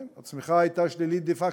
כן, הצמיחה הייתה שלילית דה-פקטו.